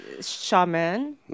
Shaman